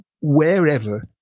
wherever